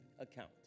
account